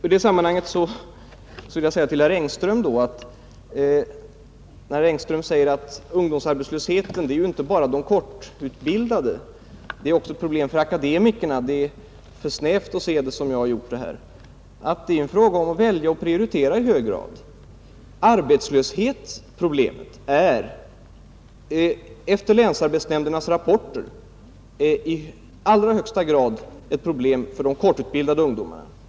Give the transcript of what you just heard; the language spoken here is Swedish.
I det sammanhanget vill jag säga några ord till herr Engström, som menar att ungdomsarbetslösheten inte bara är ett problem för de kortutbildade utan också för akademikerna. Det skulle alltså, anser herr Engström, vara för snävt att se frågan såsom jag har gjort här. Jag menar att det i hög grad är fråga om att välja och prioritera. Arbetslösheten är enligt länsarbetsnämndernas rapporter i allra högsta grad ett problem för de kortutbildade ungdomarna.